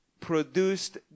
produced